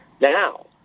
Now